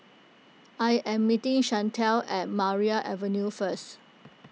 I am meeting Shantell at Maria Avenue first